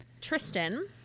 Tristan